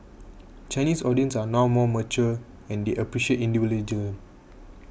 Chinese audience are now more mature and they appreciate individual